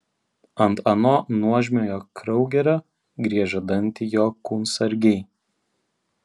ant ano nuožmiojo kraugerio griežia dantį jo kūnsargiai